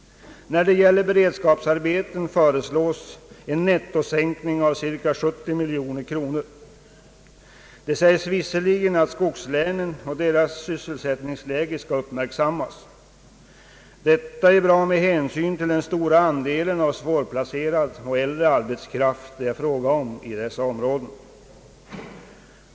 För beredskapsarbeten föreslås en nettosänkning av ca 70 miljoner kronor. Det sägs dock att skogslänen och deras sysselsättningsläge skall uppmärksammas. Detta är bra med hänsyn till den stora andelen av svårplacerad och äldre arbetskraft i dessa områden.